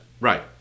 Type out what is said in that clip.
Right